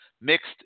mixed